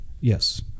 Yes